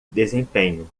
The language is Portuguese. desempenho